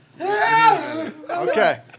Okay